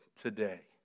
today